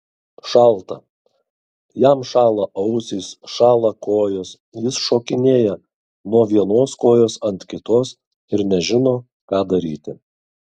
šalta jam šąla ausys šąla kojos jis šokinėja nuo vienos kojos ant kitos ir nežino ką daryti